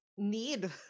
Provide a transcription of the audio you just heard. Need